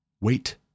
wait